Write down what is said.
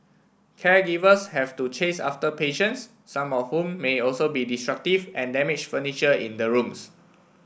caregivers have to chase after patients some of whom may also be destructive and damage furniture in the rooms